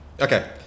Okay